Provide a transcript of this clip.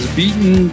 beaten